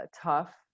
tough